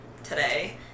today